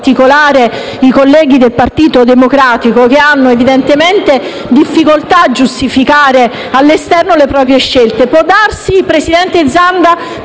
in particolare, i colleghi del Partito Democratico, che evidentemente hanno difficoltà a giustificare all'esterno le proprie scelte. Può darsi, presidente Zanda,